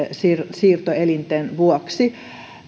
siirtoelinten vuoksi